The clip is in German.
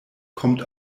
kommt